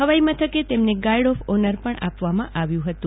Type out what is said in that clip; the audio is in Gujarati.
હવાઈમાથકે તેમને ગાર્ડ ઓફ ઓનર પણ આપવામાં આવ્યું હતું